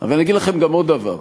אבל אני אגיד לכם גם עוד דבר: